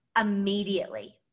immediately